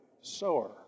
sower